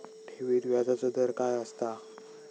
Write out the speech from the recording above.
ठेवीत व्याजचो दर काय असता?